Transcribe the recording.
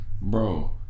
Bro